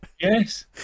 yes